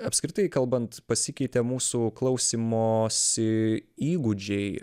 apskritai kalbant pasikeitė mūsų klausymosi įgūdžiai